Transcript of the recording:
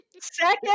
Second